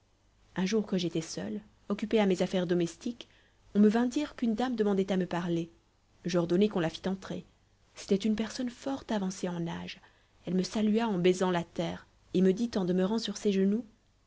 un jour que j'étais seule occupée à mes affaires domestiques on me vint dire qu'une dame demandait à me parler j'ordonnai qu'on la fît entrer c'était une personne fort avancée en âge elle me salua en baisant la terre et me dit en demeurant sur ses genoux